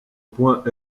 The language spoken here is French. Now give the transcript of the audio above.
point